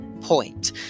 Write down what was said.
point